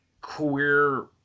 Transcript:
queer